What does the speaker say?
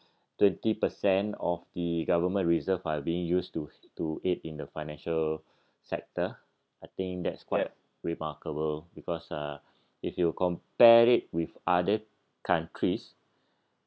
twenty percent of the government reserve are being used to to aid in the financial sector I think that's quite remarkable because uh if you compare it with other countries